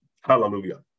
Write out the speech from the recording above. Hallelujah